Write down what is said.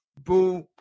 boo